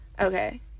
okay